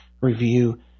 review